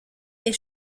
est